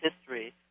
history